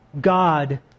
God